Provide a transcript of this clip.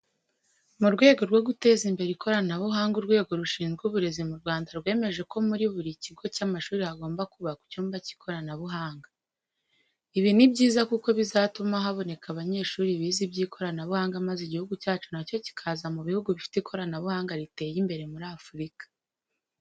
Mu rwego rwo guteza imbere ikoranabuhanga Urwego rushizwe Uburezi mu Rwanda rwemeje ko muri buri kigo cy'amashuri hagomba kubakwa icyumba k'ikoranabuhanga. Ibi ni byiza kuko bizatuma haboneka banyeshuri bize iby'ikoranabuhanga maze Igihugu cyacu na cyo kikaza mu buhugu bifite ikoranabuhanga ryateye imbere. muir Afurika.